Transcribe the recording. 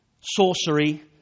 Sorcery